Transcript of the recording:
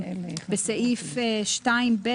בסעיף 2(ב),